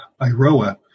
Iroa